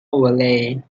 valley